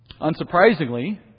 Unsurprisingly